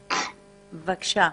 בבקשה.